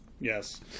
Yes